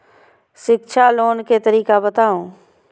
शिक्षा लोन के तरीका बताबू?